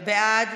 בעד,